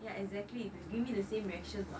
ya exactly you give me the same reaction what